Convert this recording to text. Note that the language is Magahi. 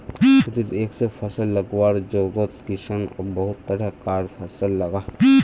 खेतित एके फसल लगवार जोगोत किसान अब बहुत तरह कार फसल लगाहा